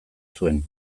zuen